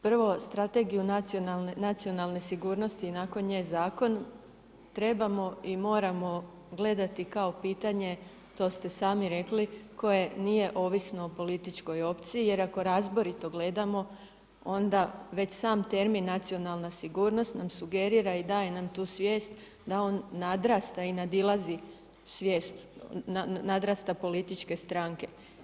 Prvo Strategiju nacionalne sigurnosti i nakon nje zakon trebamo i moramo gledati kao pitanje, to ste sami rekli koje nije ovisno o političkoj opciji jer ako razborito gledamo onda već sam termin nacionalna sigurnost nam sugerira i daje nam tu svijest da on nadrasta i nadilazi svijest, nadrasta političke stranke.